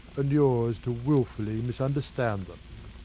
and yours to wilfully misunderstand them.